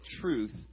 truth